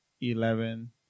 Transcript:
eleven